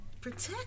Protect